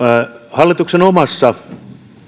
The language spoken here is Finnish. hallituksen omassa